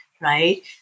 right